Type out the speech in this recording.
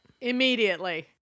Immediately